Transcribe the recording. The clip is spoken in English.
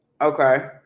Okay